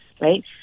right